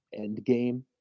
Endgame